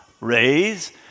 Raise